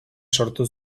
sortu